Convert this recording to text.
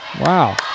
Wow